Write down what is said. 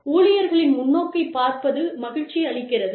ஊழியர்களின் முன்னோக்கைப் பார்ப்பது மகிழ்ச்சி அளிக்கிறது